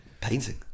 painting